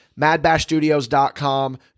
Madbashstudios.com